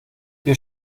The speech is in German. wir